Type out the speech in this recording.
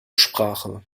sprache